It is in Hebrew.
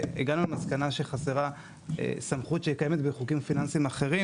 והגענו למסקנה שחסרה סמכות שקיימת בחוקים פיננסיים אחרים,